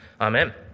Amen